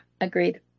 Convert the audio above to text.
Agreed